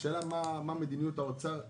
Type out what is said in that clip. השאלה היא מה מדיניות האוצר כרגע: